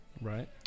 Right